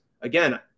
again